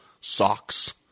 socks